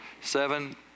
Seven